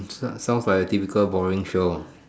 sounds like a typical boring show